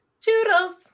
Toodles